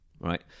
right